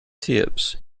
tips